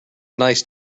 nice